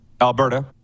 Alberta